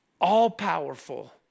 all-powerful